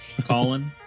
colin